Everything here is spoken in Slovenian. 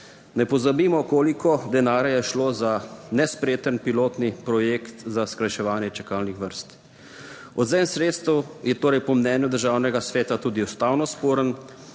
Ne pozabimo, koliko denarja je šlo za nespreten pilotni projekt za skrajševanje čakalnih vrst. Odvzem sredstev je torej po mnenju Državnega sveta tudi ustavno sporen.